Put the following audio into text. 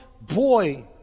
boy